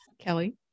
Kelly